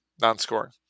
non-scoring